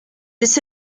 ese